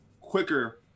quicker